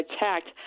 attacked